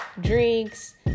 drinks